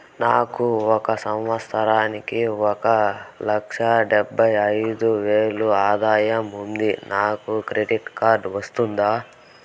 నాకు ఒక సంవత్సరానికి ఒక లక్ష డెబ్బై అయిదు వేలు ఆదాయం ఉంది నాకు క్రెడిట్ కార్డు వస్తుందా?